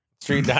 Street